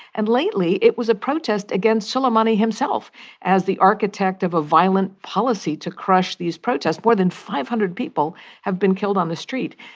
and lately, it was a protest against soleimani himself as the architect of a violent policy to crush these protests. more than five hundred people have been killed on the street.